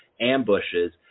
ambushes